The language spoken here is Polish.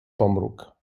pomruk